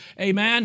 amen